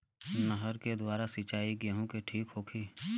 नहर के द्वारा सिंचाई गेहूँ के ठीक होखि?